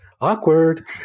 awkward